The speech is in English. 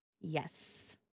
Yes